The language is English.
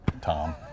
Tom